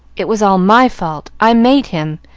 it was all my fault i made him.